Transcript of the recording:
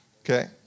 Okay